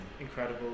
incredible